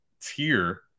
tier